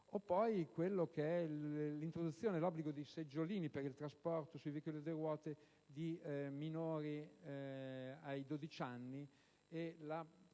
dell'introduzione dell'obbligo di seggiolini per il trasporto sui veicoli a due ruote di minori di 12 anni